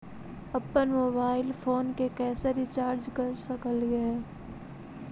अप्पन mobile phone के कैसे रिचार्ज कर सकली हे?